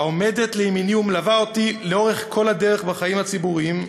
העומדת לימיני ומלווה אותי לאורך כל הדרך בחיים הציבוריים,